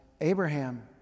Abraham